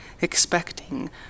expecting